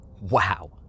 Wow